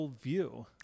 View